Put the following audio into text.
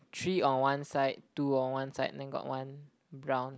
three on one side two on one side then got one brown